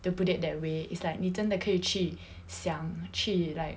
they'll put it that way it's like 你真的可以去想去 like